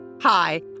Hi